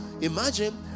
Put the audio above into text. imagine